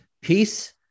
Peace